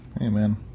Amen